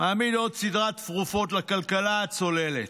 מעמיד עוד סדרת תרופות לכלכלה הצוללת.